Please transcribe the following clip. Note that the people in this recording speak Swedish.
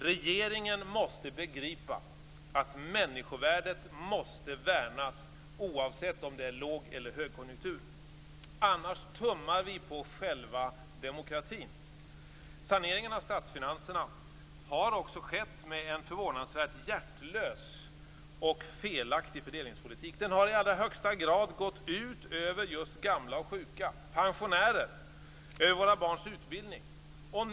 Regeringen måste begripa att människovärdet skall värnas oavsett om det är låg eller högkonjunktur - annars tummar vi på själva demokratin. Saneringen av statsfinanserna har skett med en förvånansvärt hjärtlös och felaktig fördelningspolitik. Den har i allra högsta grad gått ut över just gamla och sjuka, pensionärer och våra barns utbildning.